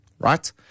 right